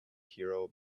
hero